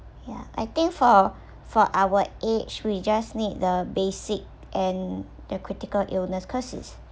ya I think for for our age we just need the basic and the critical illness cause it's